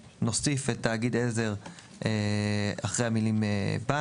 פסקה 1. אתה יכול רק להקריא את הפסקה?